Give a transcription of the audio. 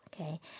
Okay